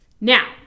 Now